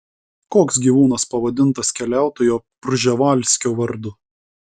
koks gyvūnas pavadintas keliautojo prževalskio vardu